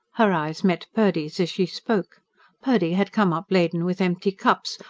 her eyes met purdy's as she spoke purdy had come up laden with empty cups,